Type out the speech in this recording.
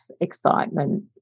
excitement